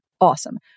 awesome